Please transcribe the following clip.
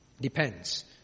Depends